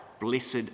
blessed